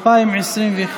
התשפ"א 2021,